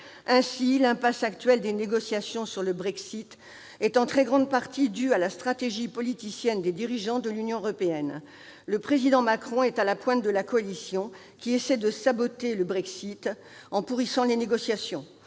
Ainsi, l'impasse actuelle des négociations sur le Brexit est en très grande partie due à la stratégie politicienne des dirigeants de l'Union européenne. Le président Macron est à la pointe de la coalition, qui essaie de saboter le Brexit en « pourrissant » les négociations.